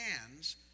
hands